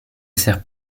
sert